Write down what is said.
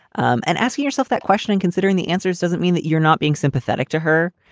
um and ask yourself that question and considering the answers doesn't mean that you're not being sympathetic to her.